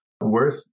worth